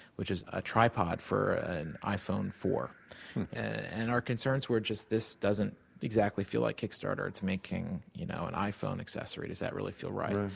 which is a tripod for an iphone four and our concerns were just this doesn't exactly feel like kickstarter. it's making you know an iphone accessory does that really feel right?